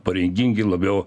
pareigingi labiau